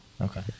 Okay